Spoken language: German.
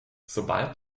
sobald